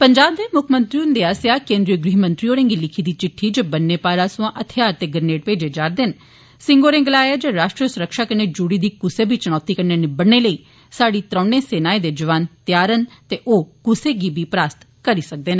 पंजाब दे मुक्खमंत्री हुन्दे आस्सेआ केन्द्रीय गृहमंत्री होरें गी लिखी दी चिट्ठी जे बन्ने पारा सोयां हथियार ते ग्रनेड भेजे जारदे न सिंह होरें गलाया जे राष्ट्र सुरक्षा कन्नै जुड़ी दी कुसै बी चुनौती कन्नै निबड़ने लेई साहड़ी त्रौणे सेनाए दे जौआन तैयार न ते ओ कुसै गी बी प्रास्त करी सकदे न